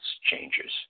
changes